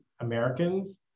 americans